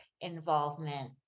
involvement